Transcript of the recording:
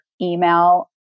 email